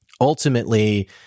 ultimately